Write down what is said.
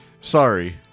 Sorry